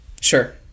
Sure